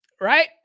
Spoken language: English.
Right